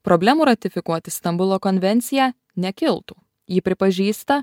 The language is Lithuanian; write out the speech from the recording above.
problemų ratifikuoti stambulo konvenciją nekiltų jį pripažįsta